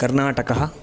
कर्णाटकः